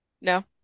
No